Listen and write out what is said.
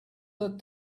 that